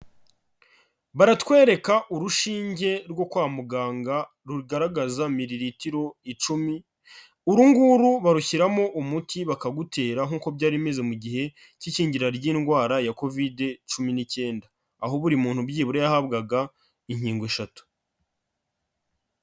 Baratwereka urushinge rwo kwa muganga rugaragaza mili litiro icumi, uru nguru barushyiramo umuti bakagutera nk'uko byari bimeze mu gihe cy'ikinyingira ry'indwara ya Kovide cumi n'icyenda, aho buri muntu byibura yahabwaga inkingo eshatu.